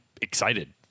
excited